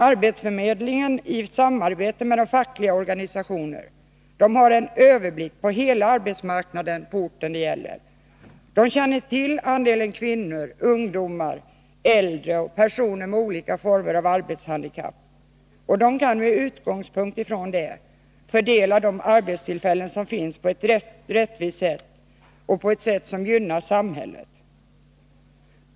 Arbetsförmedlingen i samarbete med de fackliga organisationerna har överblick över hela arbetsmarknaden på den ort det gäller, känner till andelen kvinnor, ungdomar och äldre eller personer med olika former av arbetshandikapp och kan med utgångspunkt i detta fördela de arbetstillfällen som finns på ett rättvist sätt och på ett sätt som gynnar samhället.